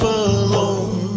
alone